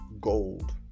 gold